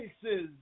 places